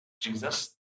Jesus